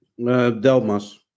Delmas